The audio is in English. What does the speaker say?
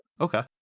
okay